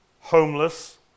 homeless